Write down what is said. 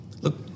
Look